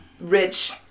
rich